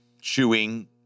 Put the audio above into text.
chewing